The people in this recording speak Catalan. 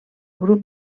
grup